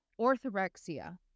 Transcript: Orthorexia